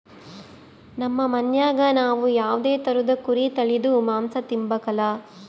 ನಮ್ ಮನ್ಯಾಗ ನಾವ್ ಯಾವ್ದೇ ತರುದ್ ಕುರಿ ತಳೀದು ಮಾಂಸ ತಿಂಬಕಲ